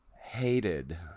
hated